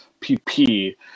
PP